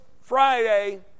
Friday